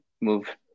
move